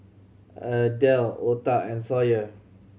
Adel Ota and Sawyer